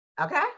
okay